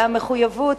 מהמחויבות,